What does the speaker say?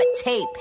tape